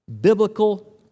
biblical